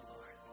Lord